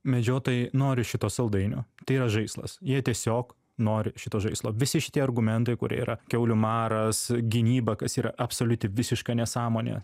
medžiotojai nori šito saldainio tai yra žaislas jie tiesiog nori šito žaislo visi šitie argumentai kurie yra kiaulių maras gynyba kas yra absoliuti visiška nesąmonė